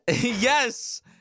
Yes